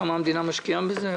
כמה המדינה משקיעה בזה?